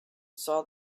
saw